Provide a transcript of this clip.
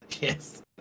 Yes